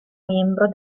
membro